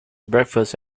breakfast